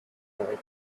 court